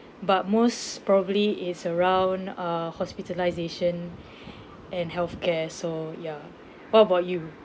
but most probably is around uh hospitalisation and healthcare so ya what about you